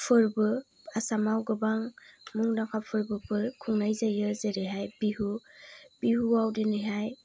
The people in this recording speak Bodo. फोरबो आसामआव गोबां मुंदांखा फोरबोफोर खुंनाय जायो जेरैहाय बिहु बिहुआव दिनैहाय